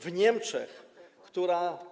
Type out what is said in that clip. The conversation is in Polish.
W Niemczech, które.